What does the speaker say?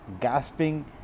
gasping